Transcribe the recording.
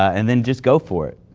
and then just go for it.